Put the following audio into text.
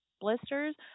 blisters